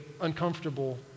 uncomfortable